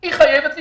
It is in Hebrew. היא חייבת להתפזר.